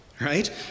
right